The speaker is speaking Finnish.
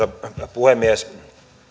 puhemies